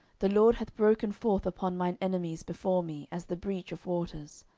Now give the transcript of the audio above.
the lord hath broken forth upon mine enemies before me, as the breach of waters.